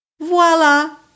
voila